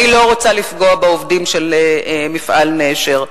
אני לא רוצה לפגוע בעובדים של מפעל "נשר",